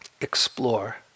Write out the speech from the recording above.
explore